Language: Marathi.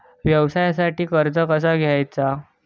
व्यवसायासाठी कर्ज कसा घ्यायचा?